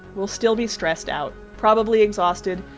we'll still be stressed out, probably exhausted,